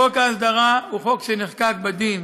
חוק ההסדרה הוא חוק שנחקק בדין.